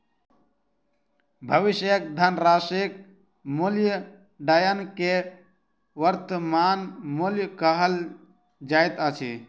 भविष्यक धनराशिक मूल्याङकन के वर्त्तमान मूल्य कहल जाइत अछि